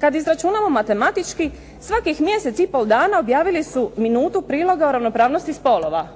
Kad izračunamo matematički svakih mjesec i pol dana objavili su minutu priloga o ravnopravnosti spolova.